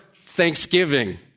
Thanksgiving